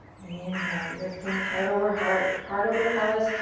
inhale, lifting head over heart, heart over pelvis.